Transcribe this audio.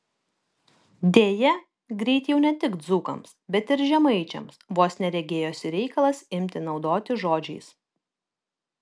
deja greit jau ne tik dzūkams bet ir žemaičiams vos ne regėjosi reikalas imti raudoti žodžiais